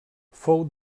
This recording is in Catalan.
fou